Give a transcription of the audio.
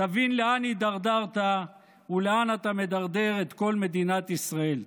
תבין לאן הידרדרת ולאן אתה מדרדר את כל מדינת ישראל.